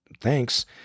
thanks